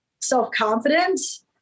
self-confidence